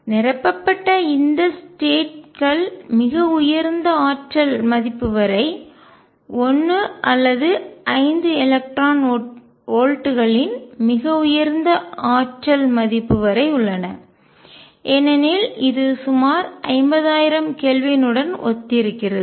நிரப்பப்பட்ட இந்த ஸ்டேட் கள்நிலைகள் மிக உயர்ந்த ஆற்றல் மதிப்பு வரை 1 அல்லது 5 எலக்ட்ரான் வோல்ட்டுகளின் மிக உயர்ந்த ஆற்றல் மதிப்பு வரை உள்ளன ஏனெனில் இது சுமார் 50000 கெல்வினுடன் ஒத்திருக்கிறது